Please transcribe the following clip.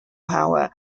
power